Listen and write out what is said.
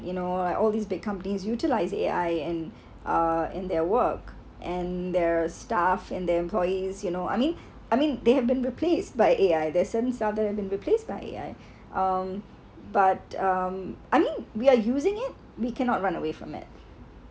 you know like all these big companies utilize a A_I and uh in their work and their staff and the employees you know I mean I mean they have been replaced by A_I there's certain southern been replaced by um but um I mean we are using it we cannot run away from it